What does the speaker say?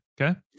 Okay